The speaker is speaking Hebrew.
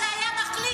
שיעשו מה שהם רוצים.